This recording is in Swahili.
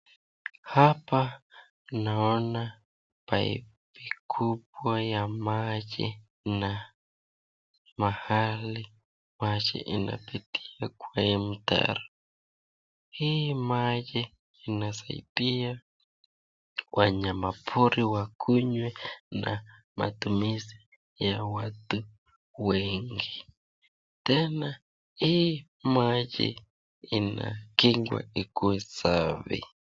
Hapa naona pipe kubwa ya maji na mahali aji inapitia kwa hii mtaro. Hii maji inasaidia wanyama pori wakunywe na matumizi ya watu wengi tena hii maji inakingwa ikuwe safi.